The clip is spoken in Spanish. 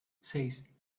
seis